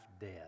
dead